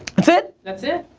that's it? that's it.